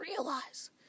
realize